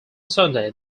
sunday